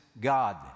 God